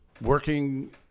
working